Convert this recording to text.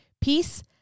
peace